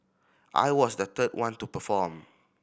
I was the third one to perform